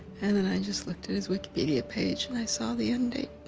and and i just looked at his wikipedia page and i saw the end date.